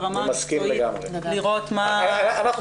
ברמה המקצועית לראות מה --- אני מסכים לגמרי.